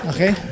Okay